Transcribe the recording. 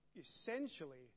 essentially